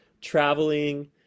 traveling